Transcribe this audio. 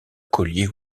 collier